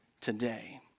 today